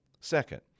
Second